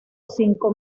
cinco